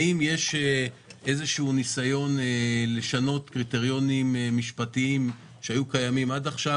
האם יש איזשהו ניסיון לשנות קריטריונים משפטיים שהיו קיימים עד עכשיו,